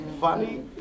Funny